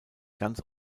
ganz